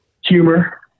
Humor